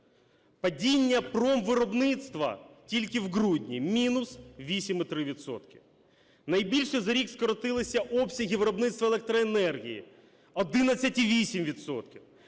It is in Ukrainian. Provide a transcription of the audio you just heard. Падіння промвиробництва тільки в грудні – мінус 8,3 відсотка. Найбільше за рік скоротилися обсяги виробництва електроенергії – 11,8